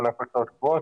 מענק הוצאות קבועות,